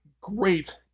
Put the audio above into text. great